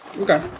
Okay